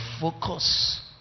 focus